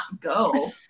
go